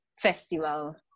festival